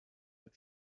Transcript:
mit